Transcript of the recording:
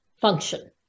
function